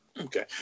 Okay